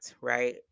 right